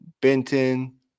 Benton